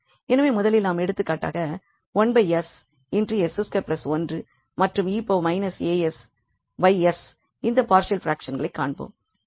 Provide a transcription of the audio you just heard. எனவே முதலில் நாம் எடுத்துக்காட்டாக 1 s 𝑠2 1 மற்றும் e a s s இந்த பார்ஷியல் ப்ராக்ஷன்களை காண்போம்